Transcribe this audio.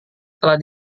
telah